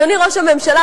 אדוני ראש הממשלה,